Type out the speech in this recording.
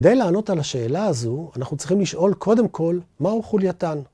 כדי לענות על השאלה הזו אנחנו צריכים לשאול קודם כל מה הוא חולייתן.